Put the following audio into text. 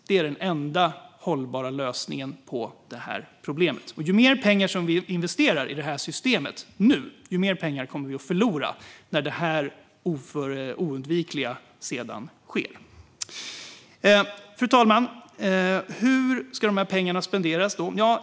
Det är den enda hållbara lösningen på detta problem. Ju mer pengar vi i dag investerar i systemet, desto mer pengar kommer vi att förlora när det oundvikliga sker. Fru talman! Hur ska dessa pengar spenderas?